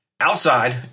Outside